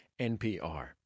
NPR